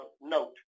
note